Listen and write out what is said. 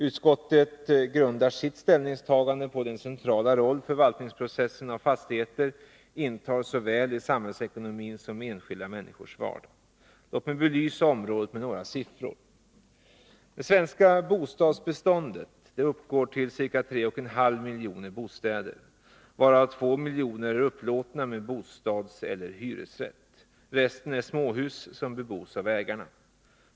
Utskottet grundar sitt ställningstagande på den centrala roll förvaltningen av fastigheter intar såväl i samhällsekonomin som i enskilda människors vardag. Låt mig belysa området med några siffror. Det svenska bostadsbeståndet uppgår till ca 3,5 miljoner bostäder, varav 2 miljoner är upplåtna med bostadseller hyresrätt. Resten är småhus som bebos av ägarna.